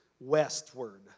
westward